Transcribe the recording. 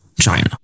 China